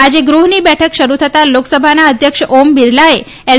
આજે ગૃહની બેઠક શરૂ થતાં લોકસભાના અધ્યક્ષ ઓમ બિરલાએ એલ